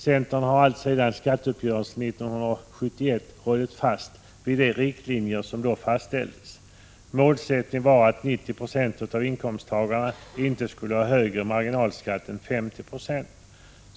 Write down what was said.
Centern har alltsedan skatteuppgörelsen 1971 hållit fast vid de riktlinjer som då fastställdes. Målsättningen var att 90 90 av inkomsttagarna inte skulle ha högre marginalskatt än 50 90.